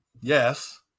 Yes